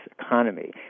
economy